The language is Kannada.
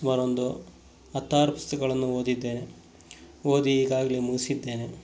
ಸುಮಾರು ಒಂದು ಹತ್ತಾರು ಪುಸ್ತಕಗಳನ್ನು ಓದಿದ್ದೇನೆ ಓದಿ ಈಗಾಗಲೇ ಮುಗಿಸಿದ್ದೇನೆ